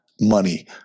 money